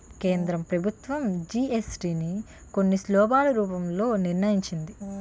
కేంద్ర ప్రభుత్వం జీఎస్టీ ని కొన్ని స్లాబ్ల రూపంలో నిర్ణయించింది